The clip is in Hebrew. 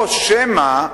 או שמא,